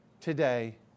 today